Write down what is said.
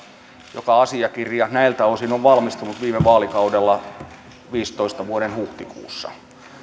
joka asiakirja näiltä osin on valmistunut viime vaalikaudella vuoden kaksituhattaviisitoista huhtikuussa